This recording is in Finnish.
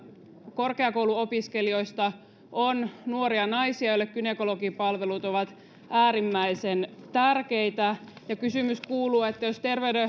korkeakouluopiskelijoista on nuoria naisia joille gynekologipalvelut ovat äärimmäisen tärkeitä ja kysymys kuuluu että jos